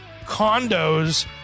Condos